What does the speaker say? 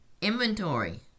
inventory